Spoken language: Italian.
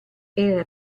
era